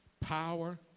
power